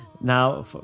now